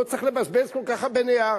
לא צריך לבזבז כל כך הרבה נייר.